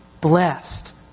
blessed